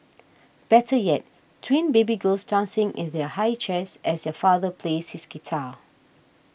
better yet twin baby girls dancing in their high chairs as their father plays his guitar